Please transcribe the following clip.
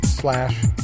slash